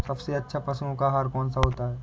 सबसे अच्छा पशुओं का आहार कौन सा होता है?